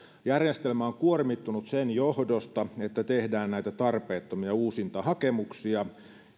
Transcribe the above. järjestelmä on kuormittunut sen johdosta että tehdään näitä tarpeettomia uusintahakemuksia